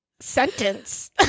sentence